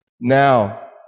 Now